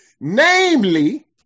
Namely